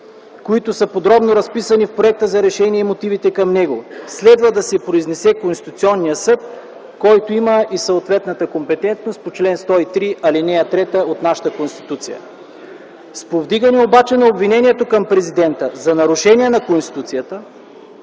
които са подробно разписани в Проекта за решение и мотивите към него, следва да се произнесе Конституционният съд, който има и съответната компетентност по чл. 103, ал. 3 от нашата Конституция. С повдигане обаче на обвинението към президента за нарушение на Конституцията